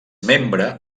membre